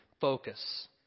focus